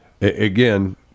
again